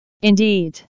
indeed